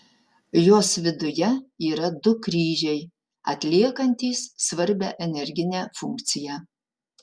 jos viduje yra du kryžiai atliekantys svarbią energinę funkciją